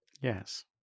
Yes